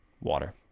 Water